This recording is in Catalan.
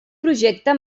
projecte